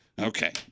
Okay